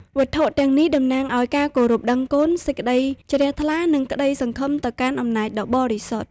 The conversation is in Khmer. វត្ថុទាំងនេះតំណាងឱ្យការគោរពដឹងគុណ សេចក្តីជ្រះថ្លា និងក្តីសង្ឃឹមទៅកាន់អំណាចដ៏បរិសុទ្ធ។